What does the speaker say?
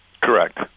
Correct